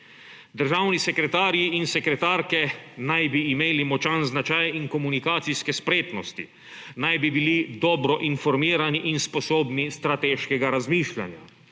Državni sekretarji in sekretarke naj bi imeli močan značaj in komunikacijske spretnosti, naj bi bili dobro informirani in sposobni strateškega razmišljanja.